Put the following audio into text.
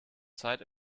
zeit